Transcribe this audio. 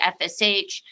FSH